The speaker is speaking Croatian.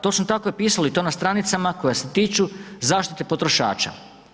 Točno tako je pisalo i to na stranicama koje se tiču zaštite potrošača.